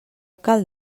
cal